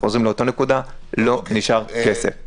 אנחנו חוזרים לאותה נקודה, לא נשאר כסף.